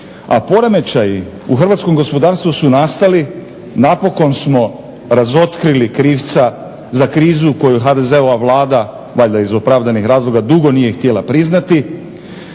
a poremećaji u hrvatskom gospodarstvu su nastali, napokon smo razotkrili krivca za krizu koju HDZ-ova Vlada valjda iz opravdanih razloga dugo nije htjela priznati